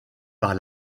par